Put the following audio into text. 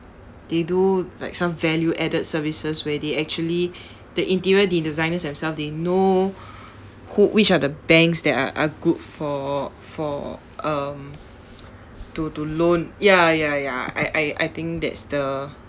they do like some value added services where they actually the interior designers themselves they know who which are the banks that are are good for for um to to loan ya ya ya I I I think that's the